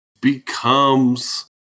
becomes